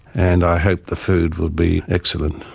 and i hope the food will be excellent.